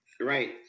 Right